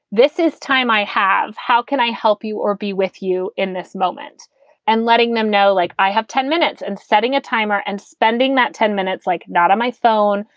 this is time i have, how can i help you or be with you in this moment and letting them know like i have ten minutes and setting a timer and spending that ten minutes, like not on my phone,